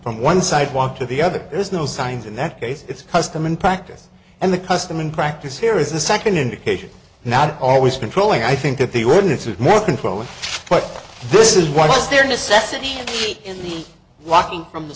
from one sidewalk to the other has no signs in that case it's custom and practice and the custom in practice here is the second indication not always controlling i think that the ordinance is more controlling but this is what's there necessity in the walking from the